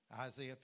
Isaiah